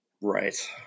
Right